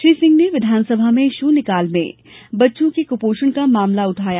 श्री सिंह ने विधानसभा में शून्यकाल में बच्चों के कुपोषण का मामला उठाया